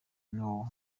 nawo